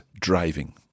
driving